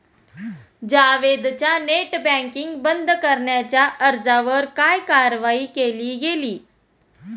जावेदच्या net banking बंद करण्याच्या अर्जावर काय कारवाई केली गेली?